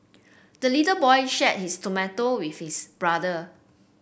the little boy shared his tomato with his brother